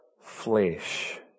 flesh